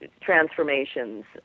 transformations